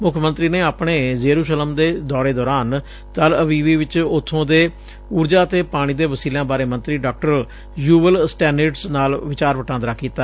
ਮੁੱਖ ਮੰਤਰੀ ਨੇ ਆਪਣੇ ਜੇਰੁਸ਼ਲਮ ਦੇ ਦੌਰੇ ਦੌਰਾਨ ਤਲ ਅਵੀਵ ਚ ਉਬੋ ਦੇ ਉਰਜਾ ਅਤੇ ਪਾਣੀ ਦੇ ਵਸੀਲਿਆਂ ਬਾਰੇ ਮੰਤਰੀ ਡਾ ਯੂਵਲ ਸਟੈਨਿਟਜ਼ ਨਾਲ ਵਿਚਾਰ ਵਟਾਂਦਰਾ ਕੀਤਾ